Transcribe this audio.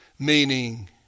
Meaning